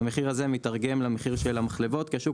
המחיר הזה מיתרגם למחיר המחלבות כי השוק